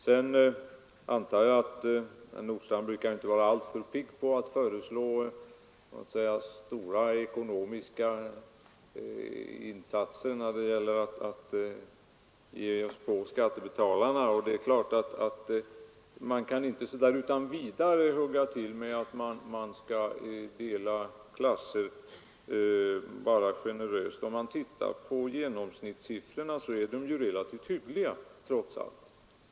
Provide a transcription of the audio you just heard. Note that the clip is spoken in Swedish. Jag antar att herr Nordstrandh inte brukar vara alltför pigg på att föreslå stora ekonomiska insatser för skattebetalarna. Då kan man inte utan vidare hugga till med att vi generöst skall dela klasser. Genomsnittssiffrorna är trots allt relativt hyggliga.